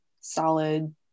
solid